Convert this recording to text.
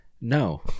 No